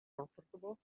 comfortable